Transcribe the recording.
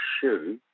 shoe